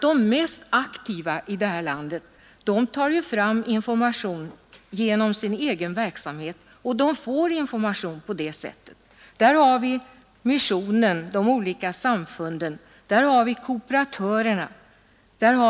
De mest aktiva i det här landet tar fram information genom sin egen verksamhet och får information på det sättet. Där har vi t.ex. missionen och de olika samfunden. Där har vi kooperatörerna